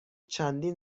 چندین